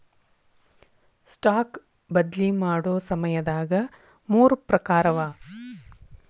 stock ಬದ್ಲಿ ಮಾಡೊ ಸಮಯದಾಗ ಮೂರ್ ಪ್ರಕಾರವ